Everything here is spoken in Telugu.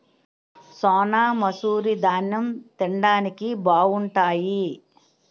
సోనామసూరి దాన్నెం తిండానికి బావుంటాయి